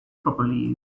properly